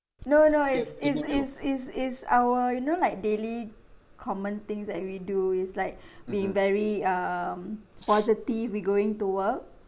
no no it's it's it's it's it's our you know like daily common things that we do it's like being very um positive we going to work